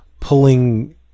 pulling